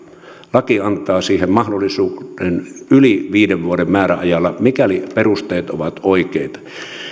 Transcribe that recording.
laki antaa siihen mahdollisuuden yli viiden vuoden määräajalla mikäli perusteet ovat oikeita